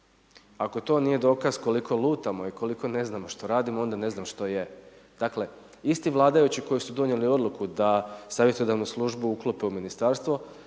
Ako to nije dokaz koliko lutamo i koliko ne znamo što radimo onda ne znam što je. Dakle, isti vladajući koji su donijeli odluku da savjetodavnu službu uklope u ministarstvo,